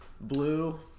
blue